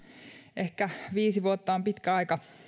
ehkä viisi vuotta on pitkä aika